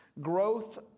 Growth